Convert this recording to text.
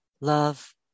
love